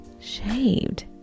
shaved